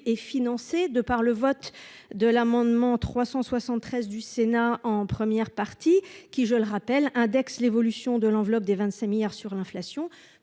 et financée de par le vote de l'amendement 373 du Sénat en première partie, qui je le rappelle Index, l'évolution de l'enveloppe des 25 milliards sur l'inflation